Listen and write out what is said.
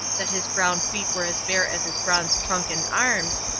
that his brown feet were as bare as his bronzed trunk and arms,